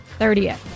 30th